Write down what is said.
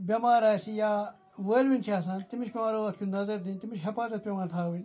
بیٚمار آسہِ یا ویٚلوِنۍ چھِ آسان تمِس چھِ پیٚوان رات کیُتھ نَظَر دِن تمِس چھِ حفاظَت پیٚوان تھاوٕنۍ